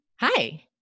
Hi